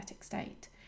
state